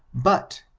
but,